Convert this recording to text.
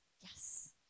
Yes